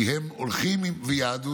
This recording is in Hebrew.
כי הם הולכים עם יהדותם